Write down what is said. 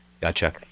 Gotcha